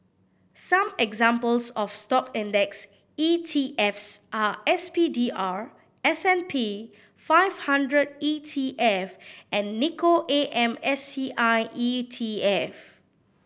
some examples of Stock index ETFs are S P D R S and P five hundred E T F and Nikko A M S T I E T F